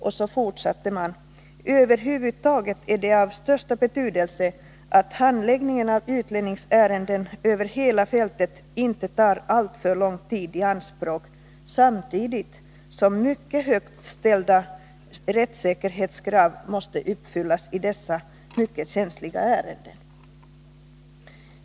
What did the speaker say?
Och man fortsatte: Över huvud taget är det av största betydelse att handläggningen av utlänningsärenden över hela fältet inte tar alltför lång tid i anspråk, samtidigt som mycket högt ställda rättssäkerhetskrav måste uppfyllas i dessa mycket känsliga ärenden.